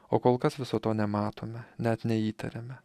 o kol kas viso to nematome net neįtariame